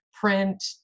print